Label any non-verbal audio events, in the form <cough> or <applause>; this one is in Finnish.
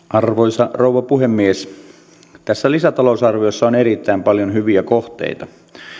<unintelligible> arvoisa rouva puhemies tässä lisätalousarviossa on erittäin paljon hyviä kohteita